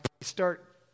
start